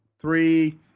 three